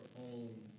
own